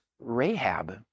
Rahab